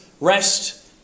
rest